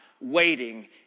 waiting